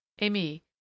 amy